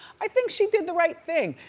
i think she did the right thing.